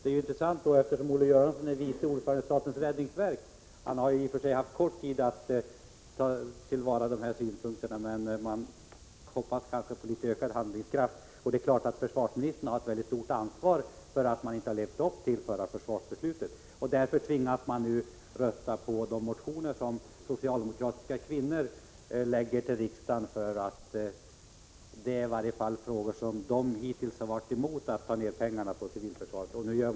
Olle Göransson är ju vice ordförande i statens räddningsverk, men han har i och för sig haft kort tid på sig att beakta de här synpunkterna. Man kan kanske hoppas på litet större handlingskraft, och det är klart att försvarsministern har ett mycket stort ansvar för att man inte levt upp till det förra försvarsbeslutet. Därför tvingas man nu rösta på de motioner som socialdemokratiska kvinnor väcker i riksdagen. Hittills har de varit emot att lägga ned pengar på civilförsvaret. Nu blir det här något slags plåster på såren.